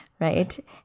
Right